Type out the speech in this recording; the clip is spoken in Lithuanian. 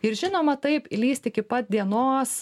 ir žinoma taip įlįsti iki pat dienos